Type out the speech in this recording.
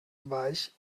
weich